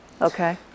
Okay